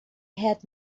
had